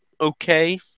okay